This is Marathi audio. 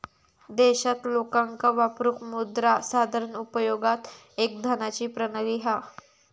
देशात लोकांका वापरूक मुद्रा साधारण उपयोगात एक धनाची प्रणाली हा